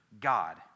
God